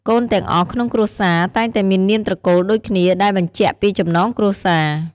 កូនទាំងអស់ក្នុងគ្រួសារតែងតែមាននាមត្រកូលដូចគ្នា ដែលបញ្ជាក់ពីចំណងគ្រួសារ។